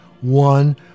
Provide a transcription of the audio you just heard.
One